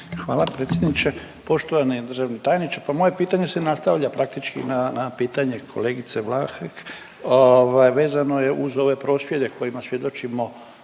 Hvala predsjedniče. Poštovani državni tajniče, pa moje pitanje se nastavlja praktički na pitanje kolegice Vlahek ovaj vezano je uz ove prosvjede kojima svjedočimo